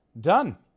Done